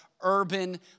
Urban